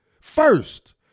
first